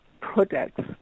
products